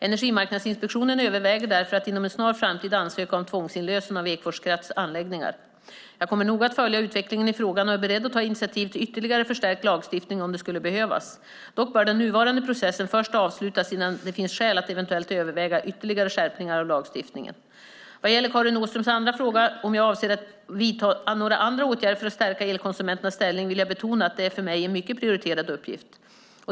Energimarknadsinspektionen överväger därför att inom en snar framtid ansöka om tvångsinlösen av Ekfors Krafts anläggningar. Jag kommer noga att följa utvecklingen i frågan och är beredd att ta initiativ till ytterligare förstärkt lagstiftning om det skulle behövas. Dock bör den nuvarande processen först avslutas innan det finns skäl att eventuellt överväga ytterligare skärpningar av lagstiftningen. Vad gäller Karin Åströms andra fråga, om jag avser att vidta några andra åtgärder för att stärka elkonsumenternas ställning, vill jag betona att det är en för mig mycket prioriterad uppgift.